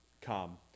come